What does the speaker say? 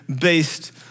based